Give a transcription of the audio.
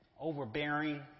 overbearing